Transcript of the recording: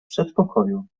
przedpokoju